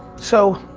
so,